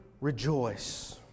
rejoice